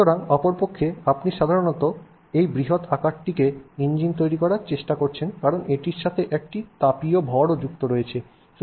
সুতরাং অপরপক্ষে আপনি সাধারণত এই বৃহত আকারটিকে ইঞ্জিন করার চেষ্টা করছেন কারণ এটির সাথে এটি একটি তাপীয় ভরও যুক্ত রয়েছে